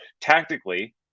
tactically